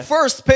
First